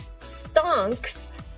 Stonks